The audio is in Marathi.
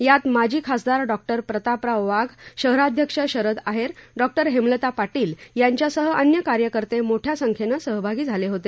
यात माजी खासदार डॉ प्रतापराव वाघ शहराध्यक्ष शरद आहेर डॉ हेमलता पाटील यांच्यासह अन्य कार्यकर्ते मोठ्या संख्येनं सहभागी झाले होते